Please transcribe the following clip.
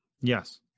Yes